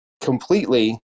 completely